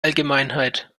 allgemeinheit